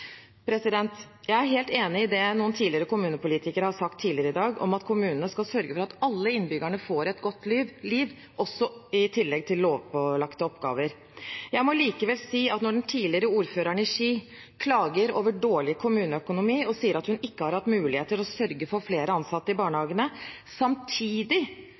Jeg er helt enig i det noen tidligere kommunepolitikere har sagt tidligere i dag, om at kommunene skal sørge for at alle innbyggerne får et godt liv – i tillegg til lovpålagte oppgaver. Jeg må likevel si at når den tidligere ordføreren i Ski klager over dårlig kommuneøkonomi og sier at hun ikke har hatt mulighet til å sørge for flere ansatte i barnehagene, samtidig